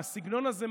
הסגנון הזה,